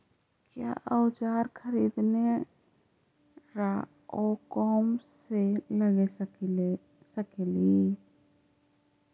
क्या ओजार खरीदने ड़ाओकमेसे लगे सकेली?